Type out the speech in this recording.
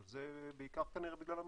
אבל זה בעיקר כנראה בגלל המחירים.